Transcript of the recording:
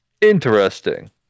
Interesting